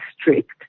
strict